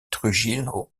trujillo